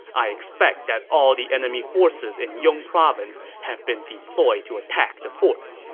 i expect that all the enemy forces in yong province have been deployed to attack the forts.